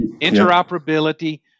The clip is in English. interoperability